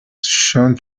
shone